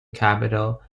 capital